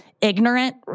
ignorant